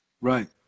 Right